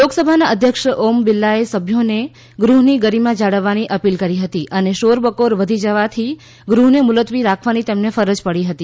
લોકસભાના અધ્યક્ષ ઓમ બિરલાએ સભ્યોને ગૃહની ગરિમા જાળવવાની અપીલ કરી હતી અને શોરબકોર વધી જવાથી ગૃહને મુલતવી રાખવાની તેમને ફરજ પડી હતી